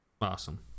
Awesome